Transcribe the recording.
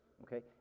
Okay